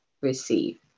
Receive